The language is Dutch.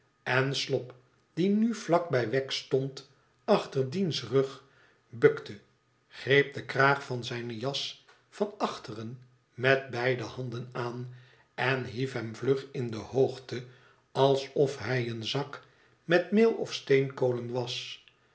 slop die nu vlak bij wegg stond achter diens rug bukte greep den kraag van zijne jas van achteren met beide handen aan en hief hem vlug in de hoofde alsof hij een zak met meel of steenkolen was